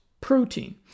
protein